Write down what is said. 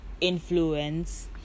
influence